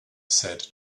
said